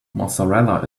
mozzarella